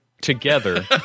together